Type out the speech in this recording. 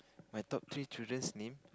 my top three children's name